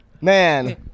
Man